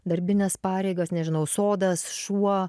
darbines pareigas nežinau sodas šuo